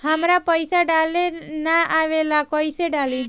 हमरा पईसा डाले ना आवेला कइसे डाली?